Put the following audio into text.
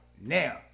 now